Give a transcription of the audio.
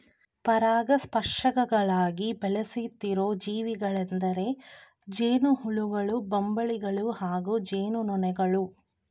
ಪರಾಗಸ್ಪರ್ಶಕಗಳಾಗಿ ಬಳಸುತ್ತಿರೋ ಜೀವಿಗಳೆಂದರೆ ಜೇನುಹುಳುಗಳು ಬಂಬಲ್ಬೀಗಳು ಹಾಗೂ ಜೇನುನೊಣಗಳು